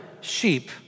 sheep